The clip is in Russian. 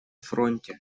фронте